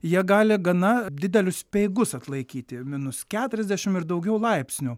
jie gali gana didelius speigus atlaikyti minus keturiasdešim ir daugiau laipsnių